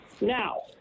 Now